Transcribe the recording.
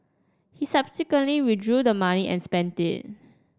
he subsequently withdrew the money and spent it